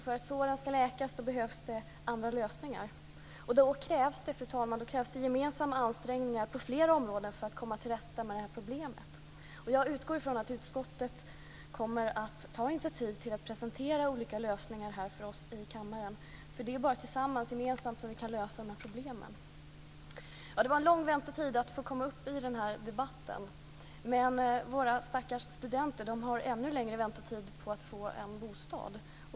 För att såren ska läkas behövs det andra lösningar, och då krävs det gemensamma ansträngningar på flera områden för att man ska komma till rätta med problemet. Jag utgår ifrån att utskottet tar ett initiativ till att presentera olika lösningar för oss i kammaren. Det är bara tillsammans och gemensamt som vi kan lösa dessa problem. Det var en lång väntetid till att få komma upp i talarstolen. Men de stackars studenterna har ännu längre väntetid för att få en bostad.